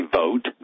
vote